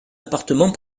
appartements